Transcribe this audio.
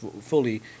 fully